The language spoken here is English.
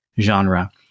genre